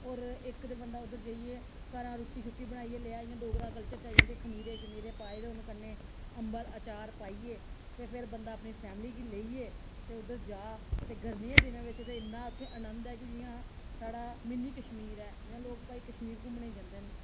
होर इक ते बंदा उद्धर जाइयै घरा रुट्टी शुट्टी बनाइयै लेआइयै जियां डोगरा कल्चर च खमीरे शमीरे पाए दे होन कन्नै अम्बल अचार पाइयै ते फिर बंदा अपनी फैमिली गी लेइयै ते उद्धर जा ते गर्मियें दिनें बिच्च ते इ'न्ना इत्थें आंनद ऐ कि जियां साढ़ा मिनी कश्मीर ऐ जां लोक भाई लोक कश्मीर घूमने गी जंदे न